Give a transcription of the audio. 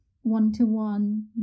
one-to-one